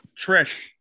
Trish